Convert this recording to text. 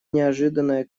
неожиданная